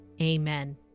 Amen